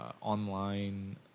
online